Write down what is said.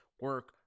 Work